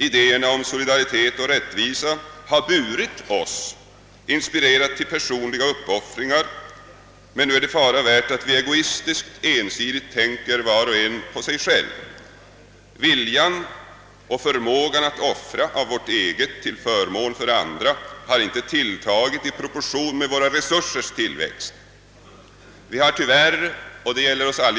Idéerna om solidaritet och rättvisa har burit oss, inspirerat till personliga uppoffringar, men nu är det fara värt att vi egoistiskt, ensidigt tänker var och en på sig själv. Viljan och förmågan att offra av vårt eget till förmån för andra har inte tilltagit i proportion till våra resursers tillväxt. Vi har tyvärr — och det gäller oss alla